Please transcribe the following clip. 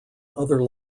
other